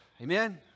Amen